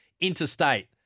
interstate